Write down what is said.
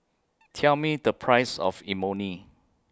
Tell Me The Price of Imoni